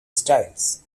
styles